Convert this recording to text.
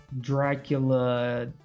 Dracula